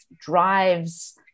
drives